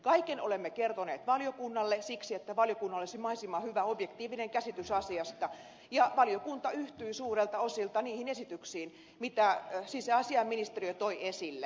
kaiken olemme kertoneet valiokunnalle siksi että valiokunnalla olisi mahdollisimman hyvä objektiivinen käsitys asiasta ja valiokunta yhtyi suurelta osiltaan niihin esityksiin mitä sisäasiainministeriö toi esille